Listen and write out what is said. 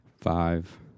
Five